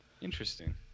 Interesting